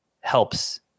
helps